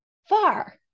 far